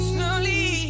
Slowly